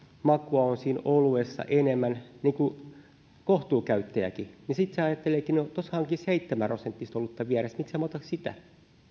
makua on siinä oluessa enemmän kohtuukäyttäjäkin niin sitten se ajatteleekin no tuossahan onkin seitsemän prosenttista olutta vieressä miksen minä ota sitä